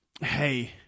...hey